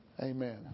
Amen